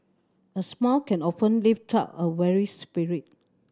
a smile can often lift up a weary spirit